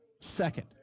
Second